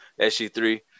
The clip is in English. SG3